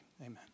Amen